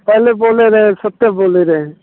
पहले बोल रहे सत्तर बोल रहे